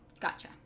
gotcha